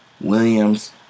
Williams